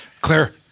Claire